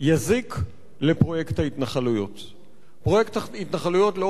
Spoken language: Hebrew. תקבלו את ההחלטה הזאת, אני